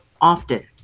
often